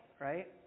right